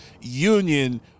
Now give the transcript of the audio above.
union